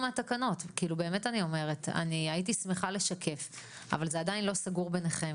אני באמת אומרת: אני הייתי שמחה לשקף אבל זה עדיין לא סגור ביניכם.